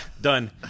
done